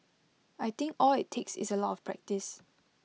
I think all IT takes is A lot of practice